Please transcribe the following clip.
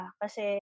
kasi